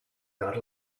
not